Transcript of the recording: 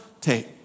take